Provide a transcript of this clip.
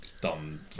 dumb